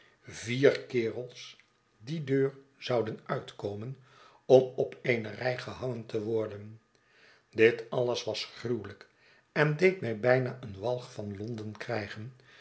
vier kerels die deur zouden uitkomen om op eene rij gehangen te worden dit alles was gruwelijk en deed mij hijna een walg van londen krijgen